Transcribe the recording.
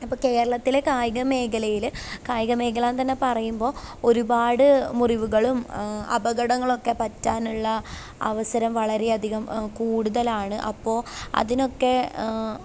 അപ്പം കേരളത്തിലെ കായിക മേഖലയിൽ കായിക മേഖലയെന്നു തന്നെ പറയുമ്പോൾ ഒരുപാട് മുറിവുകളും അപകടങ്ങളൊക്കെ പറ്റാനുള്ള അവസരം വളരെയധികം കൂടുതലാണ് അപ്പോൾ അതിനൊക്കെ